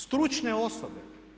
Stručne osobe.